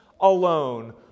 alone